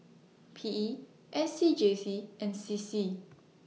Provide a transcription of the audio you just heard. P E S C G C and C C